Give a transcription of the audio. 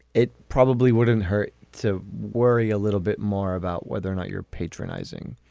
it probably wouldn't hurt to worry a little bit more about whether or not you're patronizing.